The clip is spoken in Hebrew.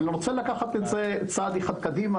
אבל אני רוצה לקחת את זה צעד אחד קדימה,